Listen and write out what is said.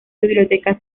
biblioteca